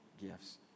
gifts